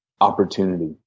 opportunity